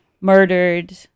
murdered